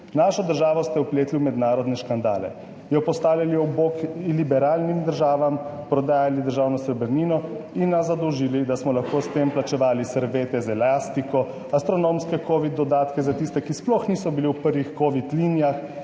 Našo državo ste vpletli v mednarodne škandale, jo postavljali ob bok liberalnim državam, prodajali državno srebrnino in nas zadolžili, da smo lahko s tem plačevali serviete z elastiko, astronomske kovidne dodatke za tiste, ki sploh niso bili v prvih kovidnih linijah,